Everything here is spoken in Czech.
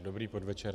Dobrý podvečer.